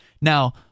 Now